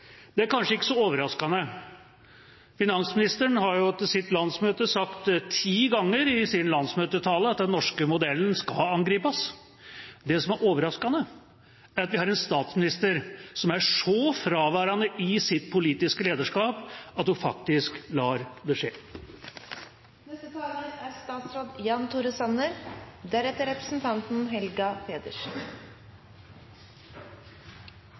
Det er kanskje ikke så overraskende. Finansministeren har sagt ti ganger i sin landsmøtetale at den norske modellen skal angripes. Det som er overraskende, er at vi har en statsminister som er så fraværende i sitt politiske lederskap at hun faktisk lar det skje. I går kunne NHO melde at det er